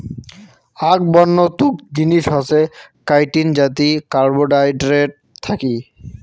আক বন্য তুক জিনিস হসে কাইটিন যাতি কার্বোহাইড্রেট থাকি